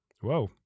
Whoa